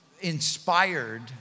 inspired